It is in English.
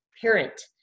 parent